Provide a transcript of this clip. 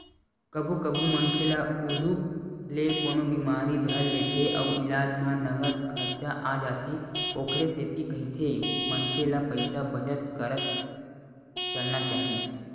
कभू कभू मनखे ल उदुप ले कोनो बिमारी धर लेथे अउ इलाज म नँगत खरचा आ जाथे ओखरे सेती कहिथे मनखे ल पइसा बचत करत चलना चाही